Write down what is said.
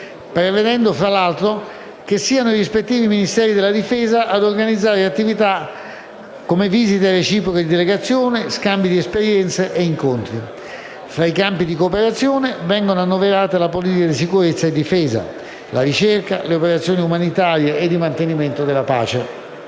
prevedendo tra l'altro che siano i rispettivi Ministeri della difesa ad organizzare attività come visite reciproche di delegazione, scambi di esperienze e incontri. Fra i campi di cooperazione vengono annoverate la politica di sicurezza e difesa, la ricerca, le operazioni umanitarie e di mantenimento della pace,